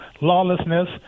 lawlessness